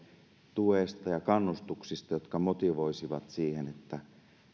tuesta ja kannustuksista jotka motivoisivat siihen että